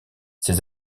ses